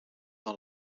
non